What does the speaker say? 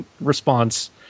response